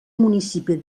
municipi